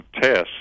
tests